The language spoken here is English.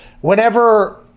whenever